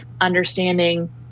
understanding